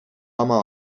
ama